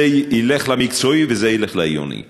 זה ילך למקצועי וזה ילך לעיוני.